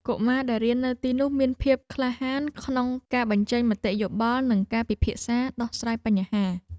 កុមារដែលរៀននៅទីនោះមានភាពក្លាហានក្នុងការបញ្ចេញមតិយោបល់និងការពិភាក្សាដោះស្រាយបញ្ហា។